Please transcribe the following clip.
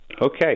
Okay